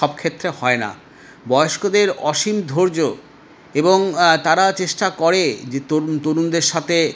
সবক্ষেত্রে হয়না বয়স্কদের অসীম ধৈর্য এবং তারা চেষ্টা করে যে তরুণ তরুণদের সাথে